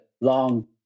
long